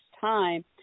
time